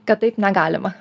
kad taip negalima